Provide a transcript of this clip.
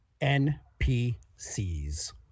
npcs